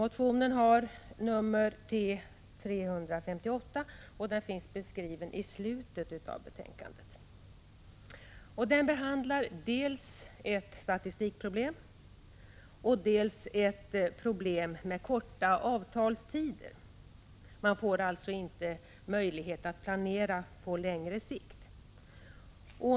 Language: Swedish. Motionens nummer är T358, och den behandlas i slutet av betänkandet. Den behandlar dels ett statistikproblem, dels ett problem om korta avtalstider. Man får alltså inte möjlighet att planera på längre sikt.